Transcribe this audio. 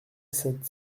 sept